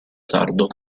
sardo